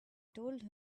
told